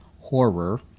horror